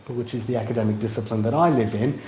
which is the academic discipline that i live in,